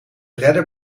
redder